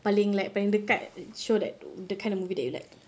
paling like paling dekat show that the kind of movie that you like